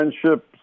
friendship